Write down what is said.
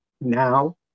now